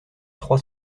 trois